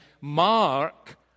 mark